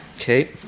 Okay